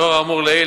לאור האמור לעיל,